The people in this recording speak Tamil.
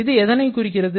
இது எதனைக் குறிக்கிறது